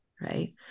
right